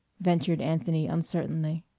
ventured anthony uncertainly.